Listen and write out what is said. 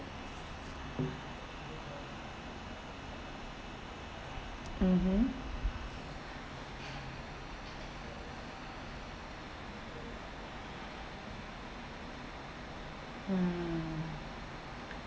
mmhmm mm